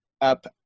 up